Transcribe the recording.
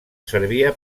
servia